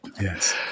Yes